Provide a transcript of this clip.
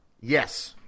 Yes